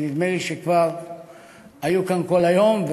שנדמה לי שכבר היו כאן כל היום,